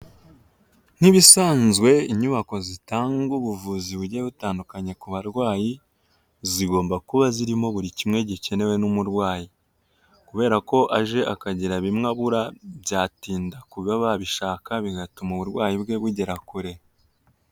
Nk'ibisanzwe inyubako zitanga ubuvuzi bugiye butandukanye ku barwayi zigomba kuba zirimo buri kimwe gikenewe n'umurwayi kubera ko aje akagira bimwe abura byatinda kuba babishaka bigatuma uburwayi bwe bugera kure.